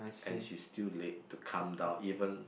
and she still late to come down even